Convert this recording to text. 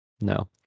No